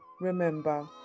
remember